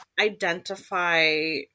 identify